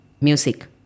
music